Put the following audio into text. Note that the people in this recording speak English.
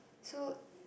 so